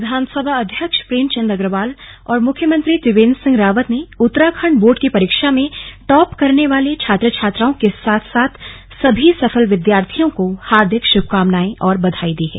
विधानसभा अध्यक्ष प्रेमचंद अग्रवाल और मुख्यमंत्री त्रिवेन्द्र सिंह रावत ने उत्तराखंड बोर्ड की परीक्षा में टॉप करने वाले छात्र छात्राओं के साथ साथ सभी सफल विद्यार्थियों को हार्दिक शुभकामनाए और बधाई दी है